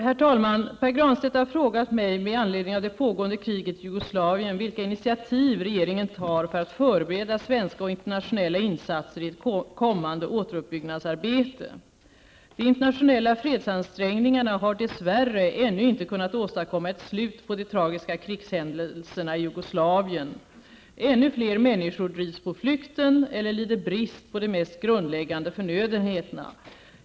Herr talman! Pär Granstedt har frågat mig, med anledning av det pågående kriget i Jugoslavien, vilka initiativ regeringen tar för att förbereda svenska och internationella insatser i ett kommande återuppbyggnadsarbete. De internationella fredsansträngningarna har dess värre ännu inte kunnat åstadkomma ett slut på de tragiska krigshändelserna i Jugoslavien. Ännu fler människor drivs på flykten eller lider brist på de mest grundläggande förnödenheterna.